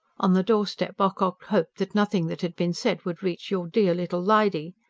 on the doorstep ocock hoped that nothing that had been said would reach your dear little lady.